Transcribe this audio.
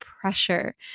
pressure